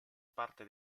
parte